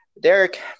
Derek